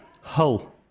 Hull